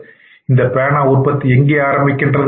எனவே இந்தப் பேனா உற்பத்தி எங்கே ஆரம்பிக்கின்றது